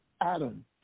Adam